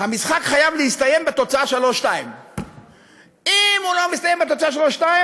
המשחק חייב להסתיים בתוצאה 2:3. אם הוא לא מסתיים בתוצאה 2:3,